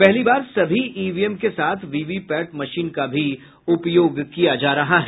पहली बार सभी ईवीएम के साथ वीवीपैट मशीन का भी उपयोग किया जा रहा है